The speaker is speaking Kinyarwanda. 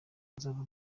bazava